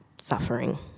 suffering